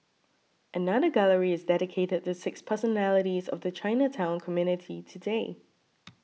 another gallery is dedicated to six personalities of the Chinatown community today